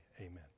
amen